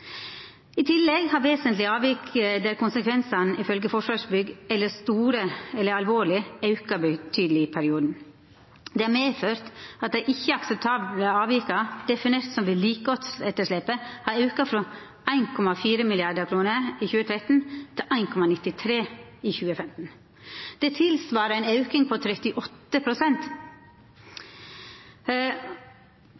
I tillegg har vesentlige avvik der konsekvensene ifølge Forsvarsbygg er «store eller alvorlige», økt betydelig i denne perioden. Dette har medført at de ikke akseptable avvikene, definert som vedlikeholdsetterslepet, har økt fra 1,40 mrd. kroner i 2013 til 1,93 mrd. kroner i 2015. Det tilsvarer en økning på